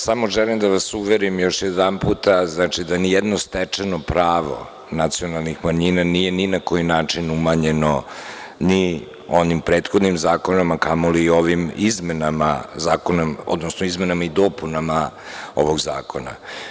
Samo želim da vas uverim još jedanput da ni jedno stečeno pravo nacionalnih manjina nije ni na koji način umanjeno, ni oni prethodnim zakonom, a kamo li ovim izmenama i dopunama ovog zakona.